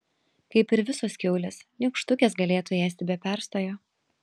kaip ir visos kiaulės nykštukės galėtų ėsti be perstojo